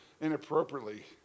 inappropriately